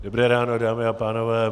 Dobré ráno, dámy a pánové.